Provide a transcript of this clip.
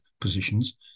positions